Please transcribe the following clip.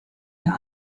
der